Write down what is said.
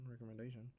recommendation